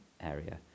area